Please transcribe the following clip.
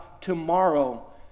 tomorrow